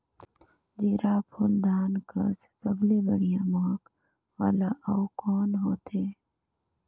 जीराफुल धान कस सबले बढ़िया महक वाला अउ कोन होथै?